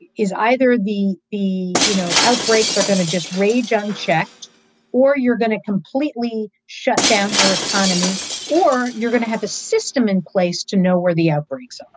is either the the you know outbreaks are going to just rage ah unchecked or you're going to completely shut down your economy or you're going to have a system in place to know where the outbreaks, um